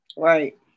Right